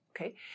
Okay